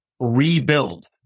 rebuild